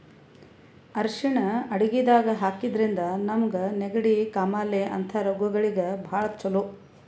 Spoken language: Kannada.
ಅರ್ಷಿಣ್ ಅಡಗಿದಾಗ್ ಹಾಕಿದ್ರಿಂದ ನಮ್ಗ್ ನೆಗಡಿ, ಕಾಮಾಲೆ ಅಂಥ ರೋಗಗಳಿಗ್ ಭಾಳ್ ಛಲೋ